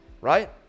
right